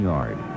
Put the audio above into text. Yard